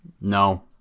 No